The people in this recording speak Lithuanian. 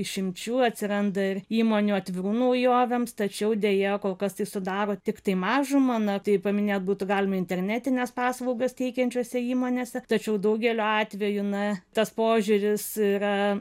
išimčių atsiranda ir įmonių atvirų naujovėms tačiau deja kol kas tai sudaro tiktai mažumą na tai paminėt būtų galima internetines paslaugas teikiančiose įmonėse tačiau daugeliu atvejų na tas požiūris yra